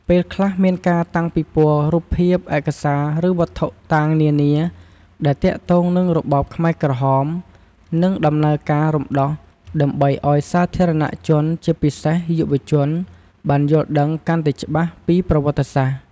ពេលខ្លះ មានការតាំងពិព័រណ៍រូបភាព ឯកសារ ឬវត្ថុតាងនានាដែលទាក់ទងនឹងរបបខ្មែរក្រហម និងដំណើរការរំដោះ ដើម្បីឲ្យសាធារណជន ជាពិសេសយុវជន បានយល់ដឹងកាន់តែច្បាស់ពីប្រវត្តិសាស្ត្រ។